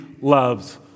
loves